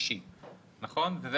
מי שמייבא לשימוש אישי.